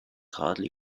hardly